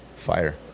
fire